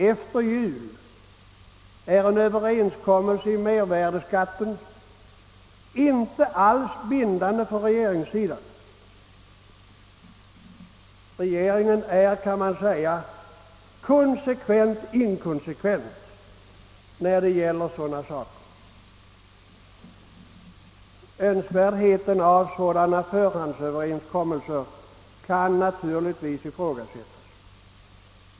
Efter jul är överenskommelsen i mervärdeskattefrågan inte alls bindande för regeringssidan. Regeringen är, kan man säga, konsekvent inkonsekvent när det gäller sådana saker. Önskvärdheten av förhandsöverenskommelser kan naturligtvis ifrågasättas.